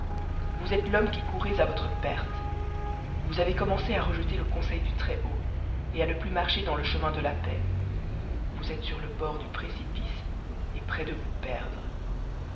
vous êtes l'homme qui courez à votre perle voua avez eommencé rejeter le conseil du très-haut et la de plus marcher dans le chemin de la paix vous êtes sur le bord du précipice et près de vous perdre